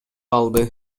алды